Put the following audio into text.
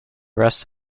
rest